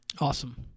Awesome